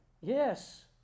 Yes